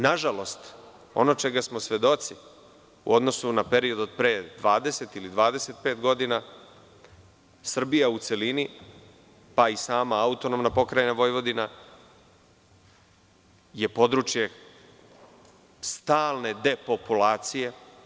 Nažalost, ono čega smo svedoci, u odnosu na period od pre 20 ili 25 godina, Srbija u celini, pa i sama AP Vojvodina, je područje stalne depopulacije.